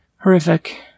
horrific